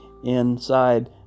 inside